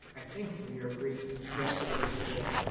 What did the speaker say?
i think from your brief yesterday and today,